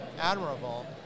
admirable